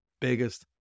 biggest